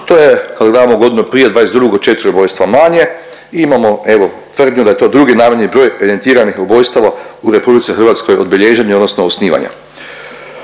To je kad gledamo godinu prije, '22., 4 ubojstva manje i imamo, evo, tvrdnju da je to drugi najmanji broj evidentiranih ubojstava u RH od bilježenja odnosno osnivanja.